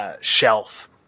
Shelf